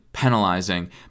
penalizing